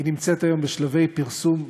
היא נמצאת היום בשלבי פרסום מתקדמים,